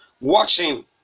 watching